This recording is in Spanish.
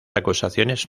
acusaciones